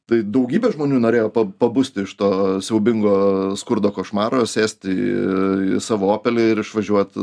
tai daugybė žmonių norėjo pabusti iš to siaubingo skurdo košmaro sėsti į savo opelį ir išvažiuot